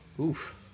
Oof